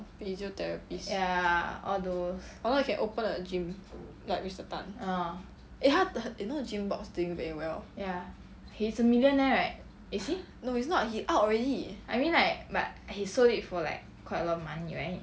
physiotherapist although you can open a gym like mister tan eh 他很 you know the gymmboxx thing very well no he's not he's out already